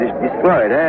destroyed